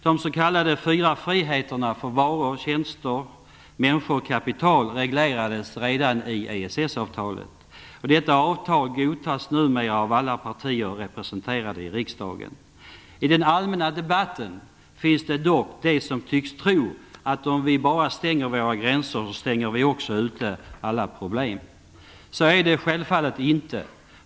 De s.k. fyra friheterna för varor, tjänster, människor och kapital reglerades redan i EES-avtalet. Detta avtal godtas numera av alla partier som är representerade i riksdagen. I den allmänna debatten finns det dock de som tycks tro att om vi bara stänger våra gränser, stänger vi också ute alla problem. Så är det självfallet inte.